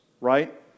Right